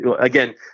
again